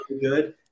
good